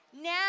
Now